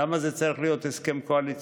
למה זה צריך להיות הסכם קואליציוני?